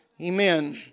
Amen